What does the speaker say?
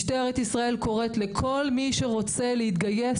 משטרת ישראל קוראת לכל מי שרוצה להתגייס,